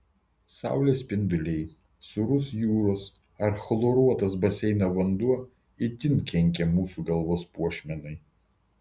saulės spinduliai sūrus jūros ar chloruotas baseino vanduo itin kenkia mūsų galvos puošmenai